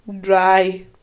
Dry